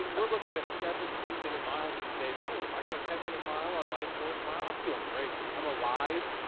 we're looking at at seven, eight minute miles these days, hey, if i got a ten minute mile on miss fourth mile, i'm feeling great, i'm alife,